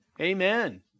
Amen